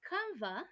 Canva